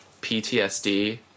PTSD